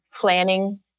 planning